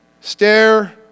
Stare